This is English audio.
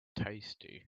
tasty